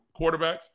quarterbacks